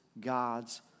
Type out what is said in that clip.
God's